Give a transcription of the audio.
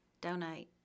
donate